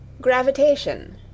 gravitation